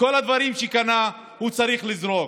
כל הדברים שקנה הוא צריך לזרוק,